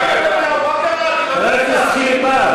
חבר הכנסת פרוש, אני קורא אותך לסדר בפעם השנייה.